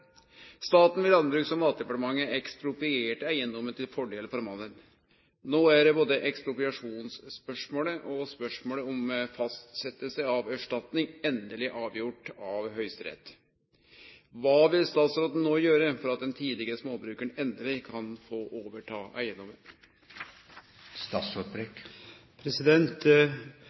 Staten ved Landbruks- og matdepartementet eksproprierte eiendommen til fordel for mannen. Nå er både ekspropriasjonsspørsmålet og spørsmålet om fastsettelse av erstatning endelig avgjort av Høyesterett. Hva vil statsråden nå gjøre for at den tidligere småbrukeren endelig kan få overta